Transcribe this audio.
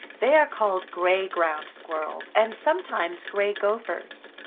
they are called gray ground squirrels and sometimes gray gophers.